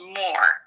more